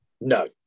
No